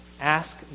ask